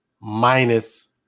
Minus